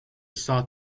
sought